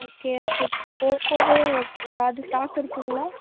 okay அப்போது ஓப்போவே okay எதாவது ஸ்டாக் இருக்குதுங்களா